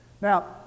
Now